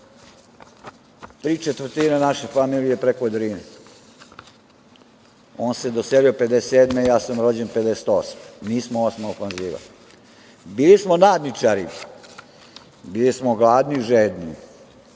tri četvrtine naše familije je preko Drine. On se doselio 1987, ja sam rođen 1958. Mi smo „Osma ofanziva“.Bili smo nadničari, bili smo gladni, žedni,